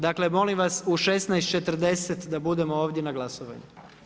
Dakle, molim vas u 16,40 da budemo ovdje na glasovanju.